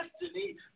destiny